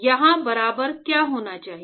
यहाँ बराबर क्या होना चाहिए